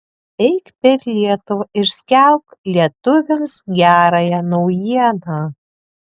eik per lietuvą ir skelbk lietuviams gerąją naujieną